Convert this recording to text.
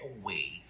away